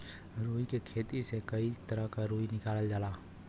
रुई के खेती से कई तरह क रुई निकालल जाला